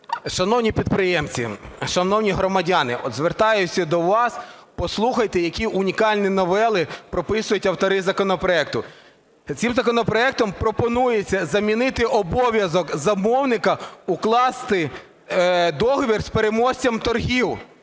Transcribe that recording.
Шановні підприємці, шановні громадяни, звертаюся до вас. Послухайте, які унікальні новели прописують автори законопроекту. Цим законопроектом пропонується замінити обов'язок замовника укласти договір з переможцем торгів